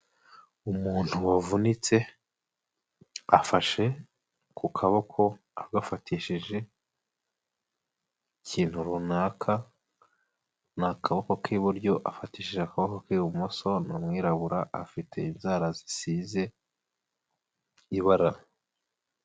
Umuntu wavunitse afashe ku kaboko agafatishije ikintu runaka, ni akaboko k'iburyo afatishije akaboko k'ibumoso, ni umwirabura, afite inzara zisize ibara.